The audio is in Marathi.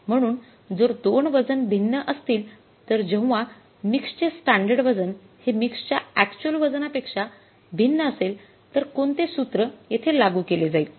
म्हणून जर दोन वजन भिन्न असतील तर जेव्हा मिक्स चे स्टॅंडर्ड वजन हे मिक्स च्या अॅक्च्युअल वजनापेक्षा भिन्न असेल तर कोणते सूत्र येथे लागू केले जाईल